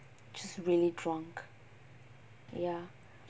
just really drunk ya